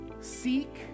Seek